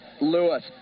Lewis